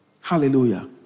Hallelujah